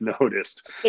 noticed